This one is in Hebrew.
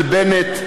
של בנט,